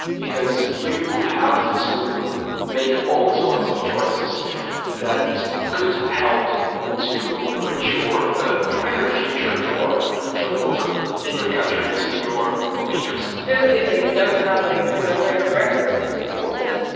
because you have to make all sorts of choices that could help to ensure a brighter future for for the book in your country, to your readers who, if they don't have a similar frame of reference as the author,